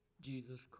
Jesus